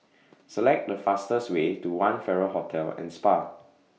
Select The fastest Way to one Farrer Hotel and Spa